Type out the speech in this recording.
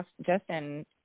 Justin